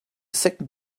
second